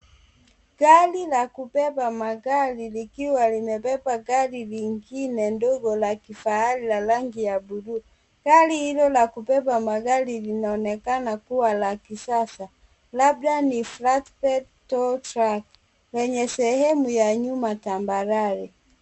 Gari la kubeba magari, likiwa limebeba gari lingine ndogo la kifahari la rangi ya buluu. Gari hilo la kubeba magari linaonekana kuwa la kisasa, labda ni flat petrol track lenye sehemu ya nyuma tambarare.